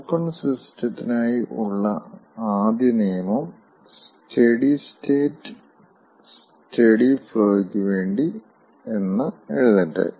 open സിസ്റ്റ്ത്തിനായി ഉള്ള ആദ്യ നിയമം സ്റ്റെഡി സ്റ്റേറ്റ് സ്റ്റെഡി ഫ്ലോക്ക് വേണ്ടി എന്ന് എഴുതട്ടെ